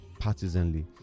partisanly